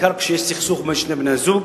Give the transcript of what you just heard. בעיקר כשיש סכסוך בין שני בני-הזוג,